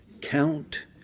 count